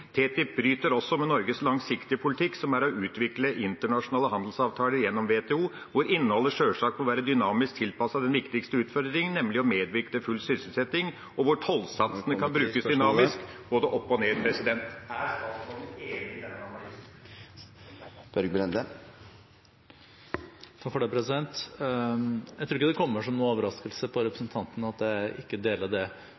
TTIP bryter også med Norges langsiktige politikk, som er å utvikle internasjonale handelsavtaler gjennom WTO, hvor innholdet sjølsagt må være dynamisk tilpasset den viktigste utfordringen, nemlig å medvirke til full sysselsetting og hvor tollsatsene kan brukes dynamisk både opp og ned. Er statsråden enig i denne analysen? Jeg tror ikke det kommer som noen overraskelse på